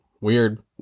weird